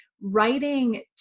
writing